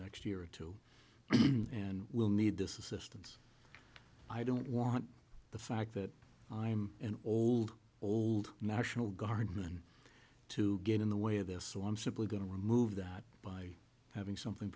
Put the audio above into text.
next year or two and will need this assistance i don't want the fact that i'm an old old national guardsman to get in the way of this so i'm simply going to remove them by having something